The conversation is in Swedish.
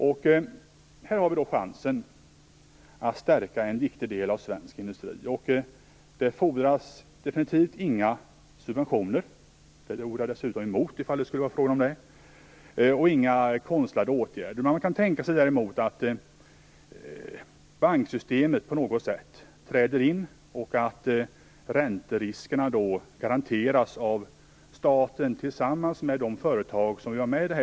Vi har nu chansen att stärka en viktig del av svensk industri. Det fordras definitivt inga subventioner, som jag dessutom skulle vara helt emot, och inga konstlade åtgärder. Däremot kan man tänka sig att banksystemet på något sätt träder in och att ränteriskerna garanteras av staten tillsammans med de företag som ingår i systemet.